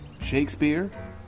Shakespeare